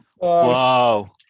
Wow